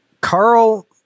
Carl